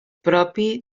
propi